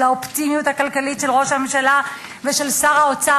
האופטימיות הכלכלית של ראש הממשלה ושל שר האוצר.